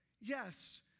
Yes